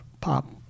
pop